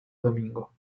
domingo